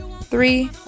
three